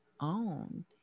own